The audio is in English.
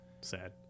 sad